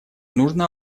нужно